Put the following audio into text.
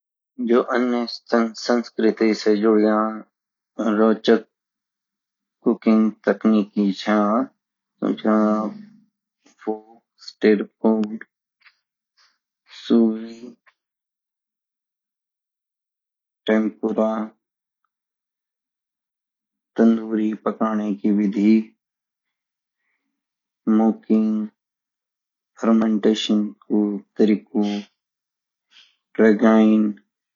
जो अन्य संस्कृति साई जुडियता रोचक कुकिंग तकनीक छा वो छा फॉक स्तिरपोंड सूली टेम्पुरा तंदूरी पकने की विधि मॉकिंग फ़र्मन्टेशन कु तरीकु परगाईं